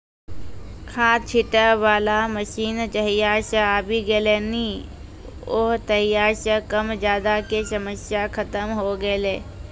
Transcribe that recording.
खाद छीटै वाला मशीन जहिया सॅ आबी गेलै नी हो तहिया सॅ कम ज्यादा के समस्या खतम होय गेलै